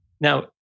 Now